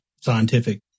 scientific